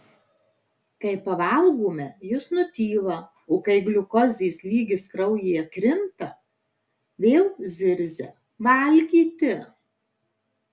kai pavalgome jis nutyla o kai gliukozės lygis kraujyje krinta vėl zirzia valgyti